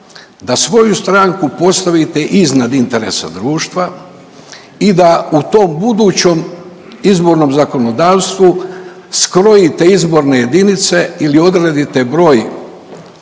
da svoju stranku postavite iznad interesa društva i da u tom budućem izbornom zakonodavstvu skrojite izborne jedinice ili odredite broj